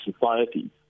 society